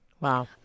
Wow